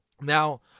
Now